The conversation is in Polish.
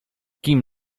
kim